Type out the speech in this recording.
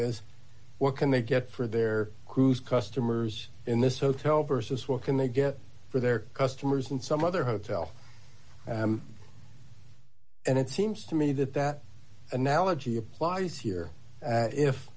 is what can they get for their cruise customers in this hotel versus what can they get for their customers and some other hotel and it seems to me that that analogy applies here if if